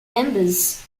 members